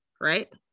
right